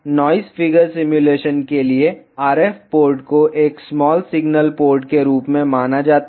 noise figure simulation के लिए RF port को एक स्मॉल सिग्नल पोर्ट के रूप में माना जाता है